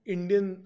Indian